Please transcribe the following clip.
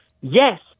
yes